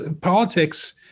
Politics